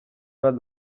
bat